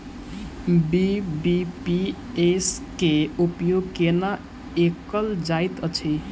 BBPS केँ उपयोग केना कएल जाइत अछि?